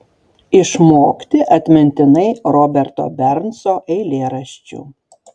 išmokti atmintinai roberto bernso eilėraščių